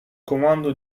comando